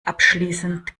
abschließend